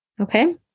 Okay